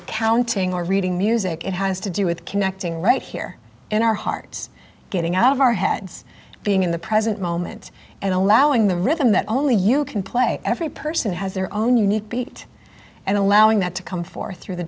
accounting or reading music it has to do with connecting right here in our heart getting out of our heads being in the present moment and allowing the rhythm that only you can play every person has their own unique beat and allowing that to come forth through the